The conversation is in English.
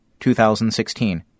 2016